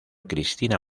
cristina